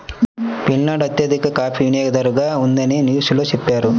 Finland అత్యధిక coffee వినియోగదారుగా ఉందని న్యూస్ లో చెప్పారు